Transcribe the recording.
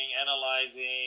analyzing